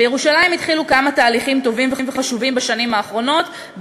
בירושלים התחילו כמה תהליכים טובים וחשובים בשנים האחרונות,